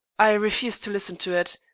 i refused to listen to it.